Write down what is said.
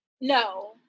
no